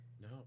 no